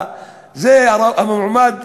אז במה הועילו חכמים בתקנתם?